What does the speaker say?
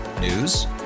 News